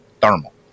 thermal